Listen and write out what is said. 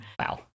Wow